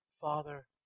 Father